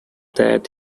that